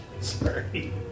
Sorry